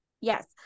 yes